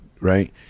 right